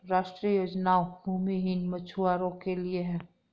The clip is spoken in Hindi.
राष्ट्रीय योजना भूमिहीन मछुवारो के लिए है